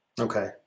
Okay